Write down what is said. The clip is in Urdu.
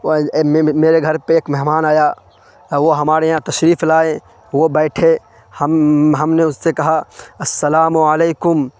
میرے گھر پہ ایک مہمان آیا اور وہ ہمارے یہاں تشریف لائے وہ بیٹھے ہم ہم نے اس سے کہا السلام علیکم